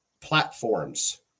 platforms